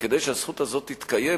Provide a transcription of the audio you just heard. כדי שהזכות הזאת תתקיים,